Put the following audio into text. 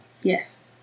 Yes